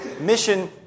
mission